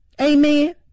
Amen